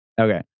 Okay